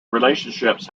relationships